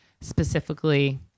specifically